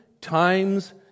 times